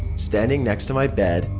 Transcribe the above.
standing next to my bed,